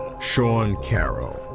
sean carroll.